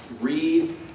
read